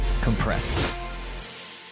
Compressed